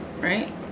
right